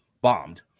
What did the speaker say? bombed